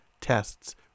tests